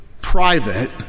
private